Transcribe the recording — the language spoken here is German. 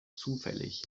zufällig